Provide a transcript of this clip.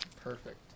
Perfect